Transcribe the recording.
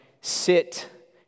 sit